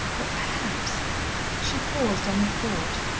but perhaps she paused on the thought,